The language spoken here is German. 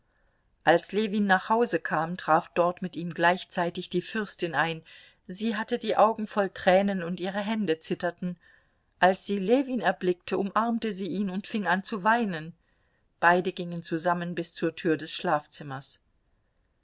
als ljewin nach hause kam traf dort mit ihm gleichzeitig die fürstin ein sie hatte die augen voll tränen und ihre hände zitterten als sie ljewin erblickte umarmte sie ihn und fing an zu weinen beide gingen zusammen bis zur tür des schlafzimmers